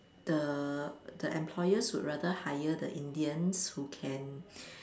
the the employers would rather hire the Indians who can